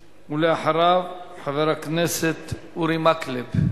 ולאחריו, חבר הכנסת אורי מקלב.